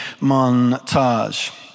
montage